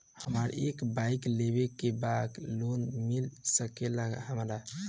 हमरा एक बाइक लेवे के बा लोन मिल सकेला हमरा?